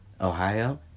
Ohio